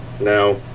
no